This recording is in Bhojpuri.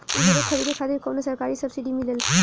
उर्वरक खरीदे खातिर कउनो सरकारी सब्सीडी मिलेल?